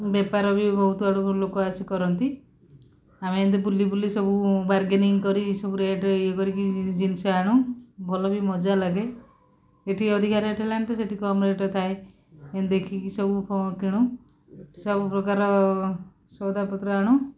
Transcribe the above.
ବେପାର ବି ବହୁତ ଆଡ଼ୁ ଲୋକ ଆସି କରନ୍ତି ଆମେ ଏନ୍ତି ବୁଲି ବୁଲି ସବୁ ବାର୍ଗେନିଙ୍ଗ୍ କରି ସବୁ ରେଟ୍ ଇଏ କରିକି ଜିନିଷ ଆଣୁ ଭଲ ବି ମଜା ଲାଗେ ଏଇଠି ଅଧିକା ରେଟ୍ ହେଲାଣି ତ ସେଇଠି କମ୍ ରେଟ୍ ରେ ଥାଏ ଏନ୍ତି ଦେଖିକି ସବୁ ପ କିଣୁ ସବୁପ୍ରକାର ସଉଦାପତ୍ର ଆଣୁ